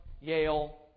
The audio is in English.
Yale